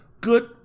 good